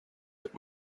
that